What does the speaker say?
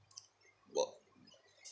what